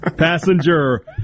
Passenger